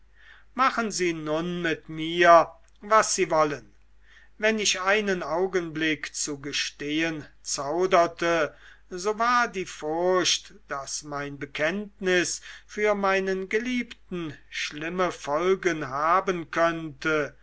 machen sie nun mit mir was sie wollen wenn ich einen augenblick zu gestehen zauderte so war die furcht daß mein bekenntnis für meinen geliebten schlimme folgen haben könnte